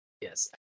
yes